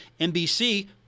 NBC